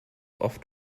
oft